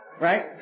Right